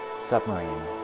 submarine